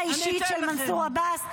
אני מבקשת, עכשיו ההודעה האישית של מנסור עבאס.